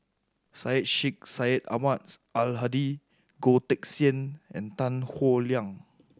Syed Sheikh Syed Ahmads Al Hadi Goh Teck Sian and Tan Howe Liang